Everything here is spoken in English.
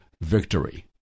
victory